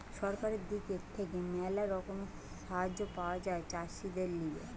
সরকারের দিক থেকে ম্যালা রকমের সাহায্য পাওয়া যায় চাষীদের লিগে